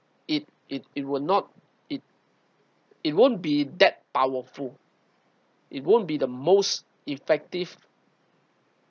it it it will not it it won't be that powerful it won't be the most effective